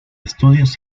estudios